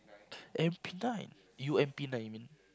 M_P nine U_M_P nine I mean